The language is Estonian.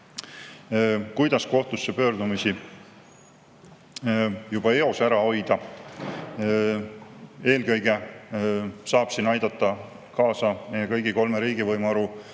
kuidas kohtusse pöördumisi juba eos ära hoida. Eelkõige saab siin aidata kaasa meie kõigi kolme riigivõimu